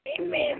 Amen